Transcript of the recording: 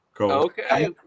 Okay